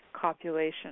copulation